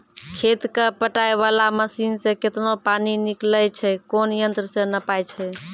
खेत कऽ पटाय वाला मसीन से केतना पानी निकलैय छै कोन यंत्र से नपाय छै